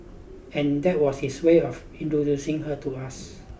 and that was his way of introducing her to us